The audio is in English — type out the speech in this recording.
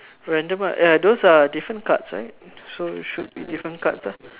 random lah ah those are different cards right so should be different cards lah